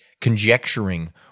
conjecturing